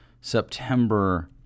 September